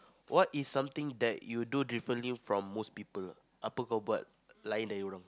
what is something that you do differently from most people